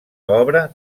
obra